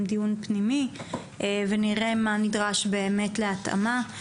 דיון פנימי ונראה מה נדרש באמת להתאמה.